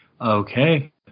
Okay